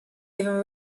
even